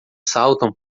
saltam